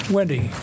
Wendy